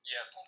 Yes